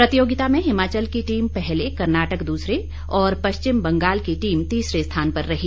प्रतियोगिता में हिमाचल की टीम पहले कर्नाटक दूसरे और पश्चिम बंगाल की टीम तीसरे स्थान पर रही